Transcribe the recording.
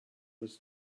was